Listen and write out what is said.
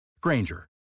Granger